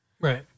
Right